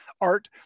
art